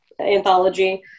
anthology